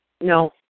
No